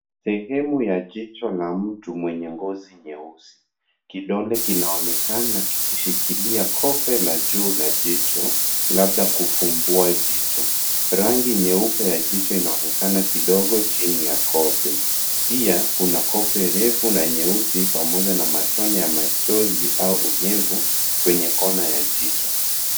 Sehemu ya jicho la mtu mwenye ngozi nyeusi. Kidole kinaonekana kikishikilia kope la juu la jicho, labda kufumbua jicho. Rangi nyeupe ya jicho inaonekana kidogo chini ya kope. Pia, kuna kope refu na nyeusi pamoja na matone ya machozi au unyevu kwenye kona ya jicho.